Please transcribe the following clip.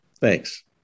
Thanks